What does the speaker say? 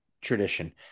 tradition